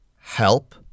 help